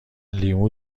لیمو